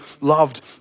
loved